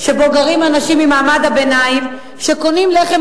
שבו גרים אנשים ממעמד הביניים שקונים לחם